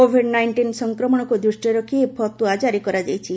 Covid nineteen ସଂକ୍ରମଣକୁ ଦୃଷ୍ଟିରେ ରଖି ଏହି ଫତୁଆ ଜାରି କରାଯାଇଛି